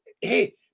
hey